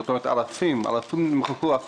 אלפי עמותות נמחקו,